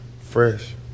Fresh